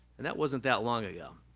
and that wasn't that long ago.